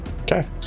Okay